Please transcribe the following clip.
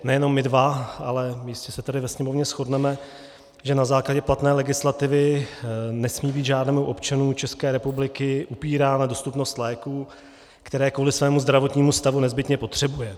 Nejen my dva, ale jistě se tady ve Sněmovně shodneme, že na základě platné legislativy nesmí být žádnému občanu České republiky upírána dostupnost léků, které kvůli svému zdravotnímu stavu nezbytně potřebuje.